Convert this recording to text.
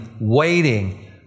waiting